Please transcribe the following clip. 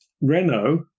Renault